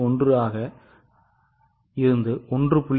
1 ஆக 1